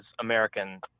American